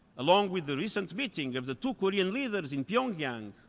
along with the recent meeting of the two korean leaders in pyeongyang,